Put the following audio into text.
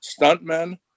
stuntmen